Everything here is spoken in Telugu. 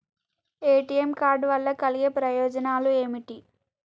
ఏ.టి.ఎమ్ కార్డ్ వల్ల కలిగే ప్రయోజనాలు ఏమిటి?